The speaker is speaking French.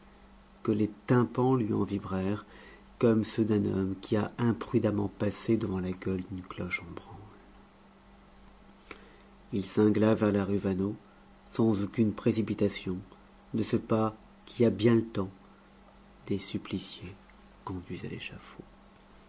que les tympans lui en vibrèrent comme ceux d'un homme qui a imprudemment passé devant la gueule d'une cloche en branle il cingla vers la rue vaneau sans aucune précipitation de ce pas qui a bien le temps des suppliciés conduits à